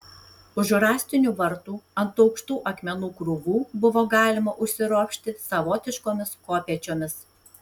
už rąstinių vartų ant aukštų akmenų krūvų buvo galima užsiropšti savotiškomis kopėčiomis